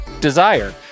Desire